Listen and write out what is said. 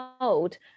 old